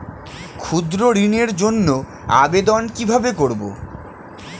ক্ষুদ্র ঋণের জন্য আবেদন কিভাবে করব?